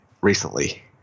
recently